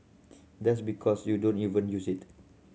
that's because you don't even use it